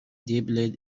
dabbled